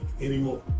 anymore